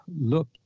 look